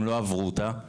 הם לא עברו אתה.